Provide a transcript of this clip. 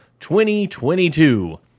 2022